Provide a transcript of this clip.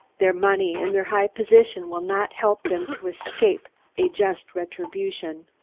their money and their high position will not help them to escape a just retribution.